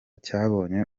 cyabonye